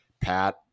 Pat